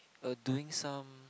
uh doing some